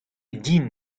din